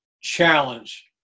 challenge